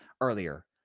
earlier